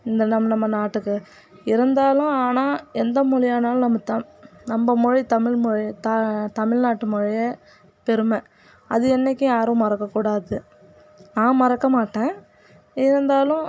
இந்த நம் நம்ப நாட்டுக்கு இருந்தாலும் ஆனால் எந்த மொழியானாலும் நம்ப தம் நம்ப மொழி தமிழ் மொழி தா தமிழ்நாட்டு மொழியே பெருமை அது என்னைக்கும் யாரும் மறக்கக்கூடாது நான் மறக்கமாட்டேன் இருந்தாலும்